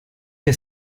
che